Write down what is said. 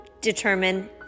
determine